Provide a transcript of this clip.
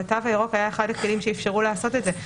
והתו הירוק היה אחד הכלים שאפשרו לעשות את זה.